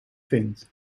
vindt